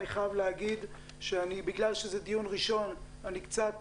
אני חייב להגיד, בגלל שזה דיון ראשון אני קצת